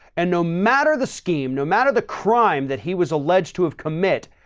and no matter the scheme, no matter the crime that he was alleged to have commit,